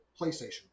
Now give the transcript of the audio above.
PlayStation